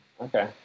Okay